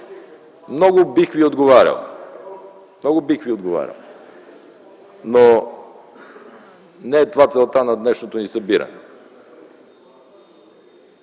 Много бих Ви отговарял. Много бих Ви отговарял, но не е това целта на днешното ни събиране.